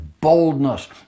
boldness